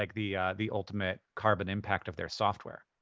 like, the the ultimate carbon impact of their software?